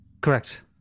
Correct